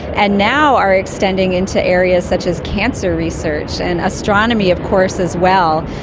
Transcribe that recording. and now are extending into areas such as cancer research, and astronomy of course as well.